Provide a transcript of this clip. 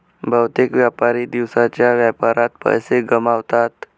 बहुतेक व्यापारी दिवसाच्या व्यापारात पैसे गमावतात